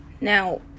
now